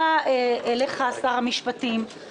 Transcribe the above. בסופו של דבר אי-אפשר זה בלי זה.